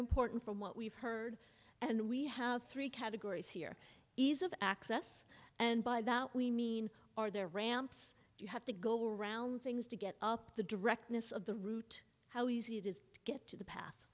important from what we've heard and we have three categories here ease of access and by that we mean are there ramps you have to go around things to get up the directness of the route how easy it is get to the pa